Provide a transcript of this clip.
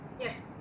Yes